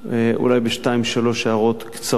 אולי בשתיים, שלוש הערות קצרות: